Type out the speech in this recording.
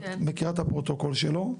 ואת מכירה את הפרוטוקול שלו,